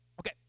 okay